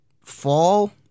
fall